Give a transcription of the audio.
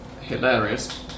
hilarious